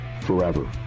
forever